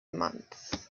months